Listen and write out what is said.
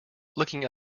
looking